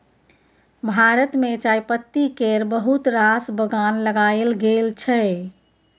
भारत मे चायपत्ती केर बहुत रास बगान लगाएल गेल छै